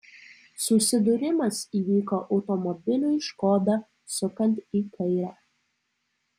susidūrimas įvyko automobiliui škoda sukant į kairę